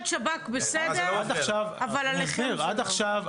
אני שמח לשמוע.